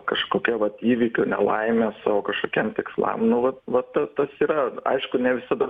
kažkokia vat įvykių nelaimės savo kažkokiem tikslam nu vat vat ta tas yra aišku ne visada